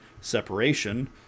separation